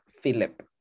Philip